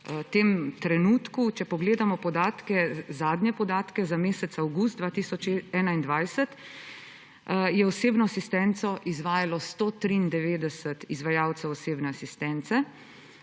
v tem trenutku. Če pogledamo zadnje podatke, za mesec avgust 2021, je osebno asistenco izvajalo 193 izvajalcev osebne asistence,